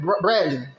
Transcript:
Bradley